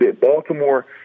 Baltimore